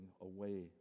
away